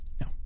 No